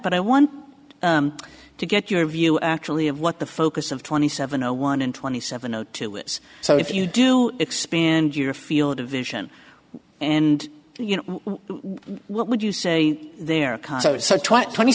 but i want to get your view actually of what the focus of twenty seven zero one and twenty seven o two is so if you do expand your field of vision and you know what would you say then twenty